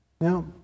Now